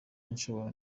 nsohora